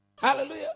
Hallelujah